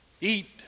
eat